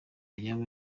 yaba